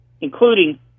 including